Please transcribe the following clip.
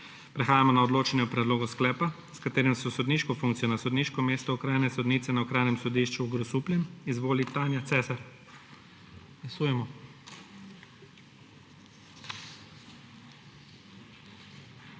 Prehajamo na odločanje o predlogu sklepa, s katerim se v sodniško funkcijo na sodniško mesto okrajne sodnice na Okrajnem sodišču v Celju izvoli Tanja Kordež Bromše.